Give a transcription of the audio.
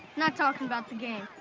not talking about the game.